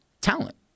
talent